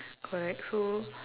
correct so